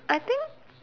I think